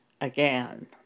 again